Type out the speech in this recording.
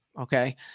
Okay